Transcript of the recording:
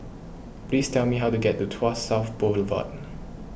please tell me how to get to Tuas South Boulevard